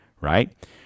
right